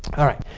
all right.